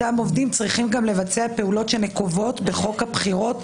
אותם עובדים צריכים לבצע פעולות שנקובות בחוק הבחירות,